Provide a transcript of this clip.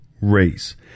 race